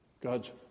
God's